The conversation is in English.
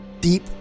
Deep